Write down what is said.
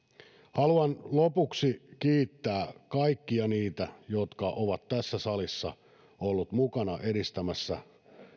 haluan lopuksi kiittää kaikkia niitä jotka ovat tässä salissa olleet mukana edistämässä